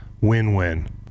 Win-win